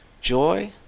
joy